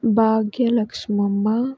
Bhagyalakshmamma